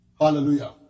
hallelujah